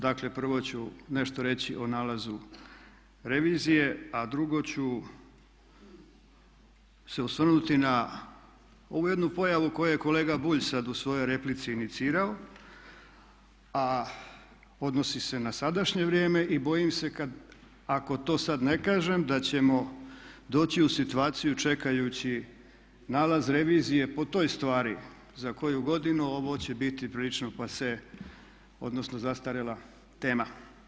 Dakle, prvo ću nešto reći o nalazu revizije, a drugo ću se osvrnuti na ovu jednu pojavu koju je kolega Bulj sad u svojoj replici inicirao a odnosi se na sadašnje vrijeme i bojim se ako to sad ne kažem da ćemo doći u situaciju čekajući nalaz revizije po toj stvari za koju godinu ovo će biti prilično passe odnosno zastarjela tema.